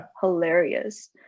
hilarious